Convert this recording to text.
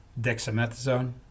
Dexamethasone